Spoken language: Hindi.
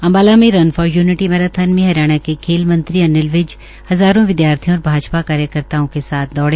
अम्बाला में रन फार यूनिटी मैराथन मे हरियाणा के खेल मंत्री अनिल विज हज़ारों विद्यार्थियों और भाजपा कार्यक्रताओं के साथ दौड़